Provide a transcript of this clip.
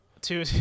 Two